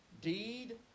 deed